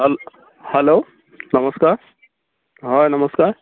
hello নমস্কাৰ হয় নমস্কাৰ